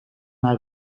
naar